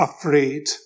afraid